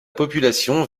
population